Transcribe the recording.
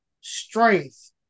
strength